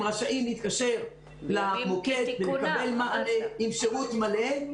הם רשאים להתקשר למוקד ולקבל מענה עם שירות מלא.